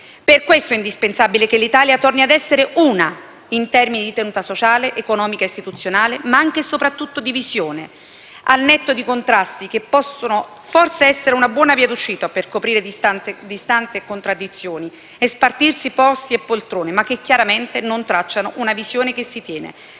Per questo è indispensabile che l'Italia torni a essere una in termini di tenuta sociale, economica e istituzionale, ma anche e soprattutto di visione, al netto di contrasti che possono forse essere una buona via d'uscita per coprire distanze e contraddizioni e spartirsi posti e poltrone, ma che chiaramente non tracciano una visione che si tiene,